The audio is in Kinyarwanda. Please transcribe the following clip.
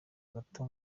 gato